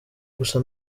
gusa